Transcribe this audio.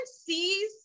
sees